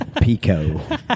Pico